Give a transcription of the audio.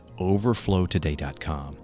overflowtoday.com